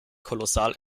kolossal